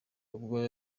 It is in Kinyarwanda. ubwo